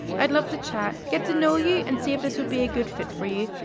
i'd love to chat, get to know you, and see if this would be a good fit for you.